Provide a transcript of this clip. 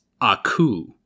Aku